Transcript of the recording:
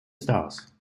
stars